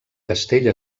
castell